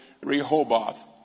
Rehoboth